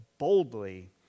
Boldly